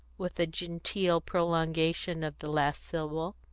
with a genteel prolongation of the last syllable.